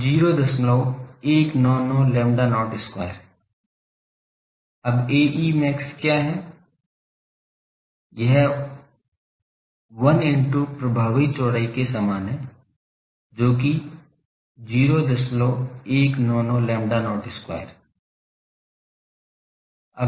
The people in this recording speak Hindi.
तो Ae max 0199 lambda not square है अब Ae मैक्सिस क्या है यह l into प्रभावी चौड़ाई के समान है जो कि 0199 lambda not square है